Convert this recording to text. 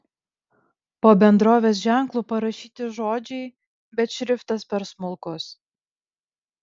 po bendrovės ženklu parašyti žodžiai bet šriftas per smulkus